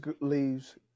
leaves